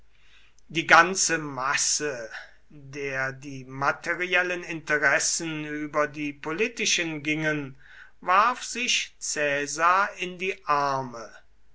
die ganze masse der die materiellen interessen über die politischen gingen warf sich caesar in die arme